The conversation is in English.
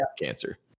Cancer